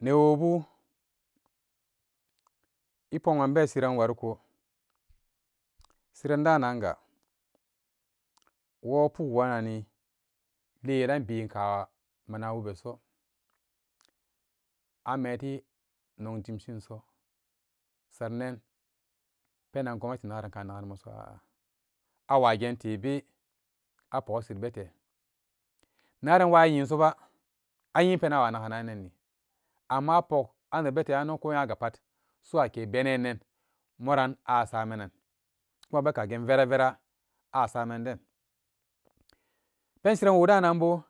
Neowbu ebokman be siran wariko siran danango wo pukworanni li yelan binka mana bubeso ameti nong jimshinso saranan penan gomnati nagaranka nagari moso a'a awagentebe a pok asitbete naran woo a nyisoba a nyin penan awa nugananni amma a pok anak bete anoko nyagapat su'uakebenenan moran asamanan kuma be kagen vera vera a saman den penshiran wodananbao